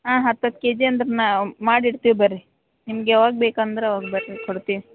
ಹಾಂ ಹತ್ತತ್ತು ಕೆಜಿ ಅಂದ್ರೆ ನಾವು ಮಾಡಿ ಇಡ್ತೀವಿ ಬನ್ರಿ ನಿಮ್ಗೆ ಯಾವಾಗ ಬೇಕು ಅಂದ್ರೆ ಅವಾಗ ಬನ್ರಿ ಕೊಡ್ತೀವಿ